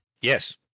Yes